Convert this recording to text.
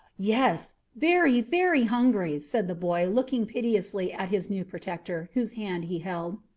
yes, very, very hungry, said the boy, looking piteously at his new protector, whose hand he held.